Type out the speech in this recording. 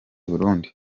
burundi